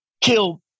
kill